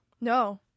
No